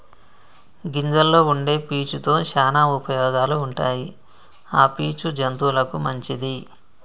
గింజల్లో వుండే పీచు తో శానా ఉపయోగాలు ఉంటాయి ఆ పీచు జంతువులకు మంచిది